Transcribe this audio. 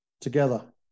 together